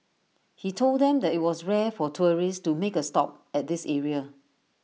he told them that IT was rare for tourists to make A stop at this area